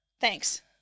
Thanks